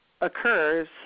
occurs